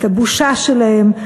את הבושה שלהם.